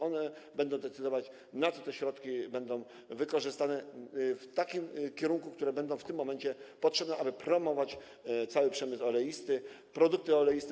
One będą decydować, na co te środki będą wykorzystane w takim kierunku, jaki będzie w tym momencie potrzebny, aby promować cały przemysł oleisty, produkty oleiste.